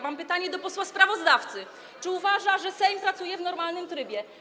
Mam pytanie do posła sprawozdawcy: Czy uważa, że Sejm pracuje w normalnym trybie?